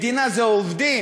מדינה זה עובדים,